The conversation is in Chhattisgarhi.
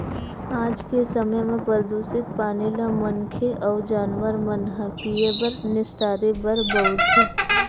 आज के समे म परदूसित पानी ल मनखे अउ जानवर मन ह पीए बर, निस्तारी बर बउरथे